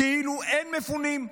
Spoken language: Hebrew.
כאילו אין מפונים?